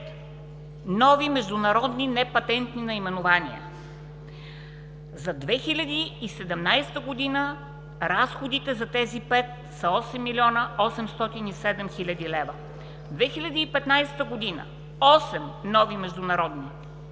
нови международни непатентни наименования. За 2017 г. разходите за тези 5 са 8 млн. 807 хил. лв. 2015 г. – 8 нови международни